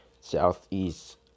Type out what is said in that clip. southeast